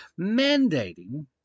mandating